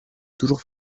toujours